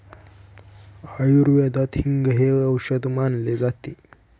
आयुर्वेदात हिंग हे औषध मानले जाते